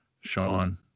Sean